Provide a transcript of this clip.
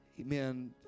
amen